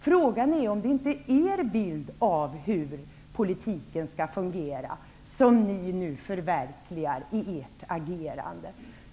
Frågan är om det inte är er bild av hur politiken skall fungera som ni nu förverkligar i ert agerande.